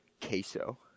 queso